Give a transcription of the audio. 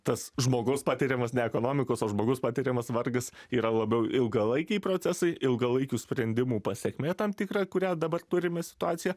tas žmogaus patiriamas ne ekonomikos o žmogaus patiriamas vargas yra labiau ilgalaikiai procesai ilgalaikių sprendimų pasekmė tam tikra kurią dabar turime situaciją